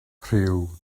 rhyw